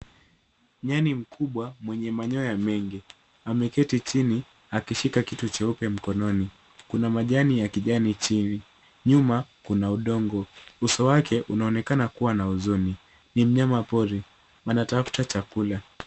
Nyani mkubwa mwenye manyoya mengi. Ameketi chini akishika kitu cheupe mkononi. Kuna majani ya kijani chini, nyuma kuna udongo. Uso wake unaonekana kuwa na huzuni. Ni mnyama pori anatafuta chakula.